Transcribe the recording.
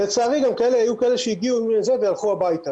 לצערי היו כאלה והחזירו אותם הביתה,